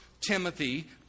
Timothy